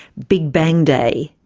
big bang day.